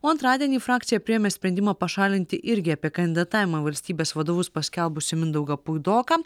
o antradienį frakcija priėmė sprendimą pašalinti irgi apie kandidatavimą į valstybės vadovus paskelbusį mindaugą puidoką